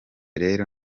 rero